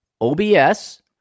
OBS